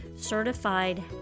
certified